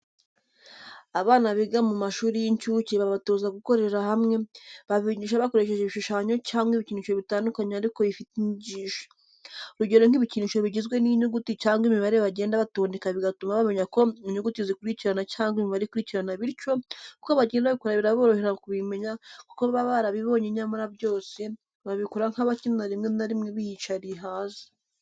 Abana biga mu mashuli y'incucye babatoza gukorera hamwe, babigisha bakoresheje ibishushanyo cyangwa ibikinisho bitandukanye ariko bifite inyigisho. urugero nk'ibikinisho bigizwe n'inyuguti cyangwa imibare bagenda batondeka bigatuma bamenya uko inyuguti zikurikirana cyangwa imibare ikurikirana bityo uko bagenda bakura biraborohera kubimenya kuko baba barabibonye nyamara byose babikora nk'abakina rimwe narimwe biyicariye hasi.